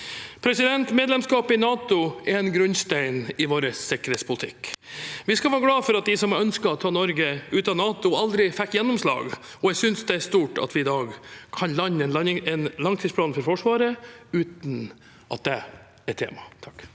sterkere. Medlemskapet i NATO er en grunnstein i vår sikkerhetspolitikk. Vi skal være glade for at de som har ønsket å ta Norge ut av NATO, aldri fikk gjennomslag, og jeg synes det er stort at vi i dag kan lande en langtidsplan for Forsvaret uten at det er tema.